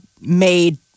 made